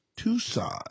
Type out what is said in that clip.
Tucson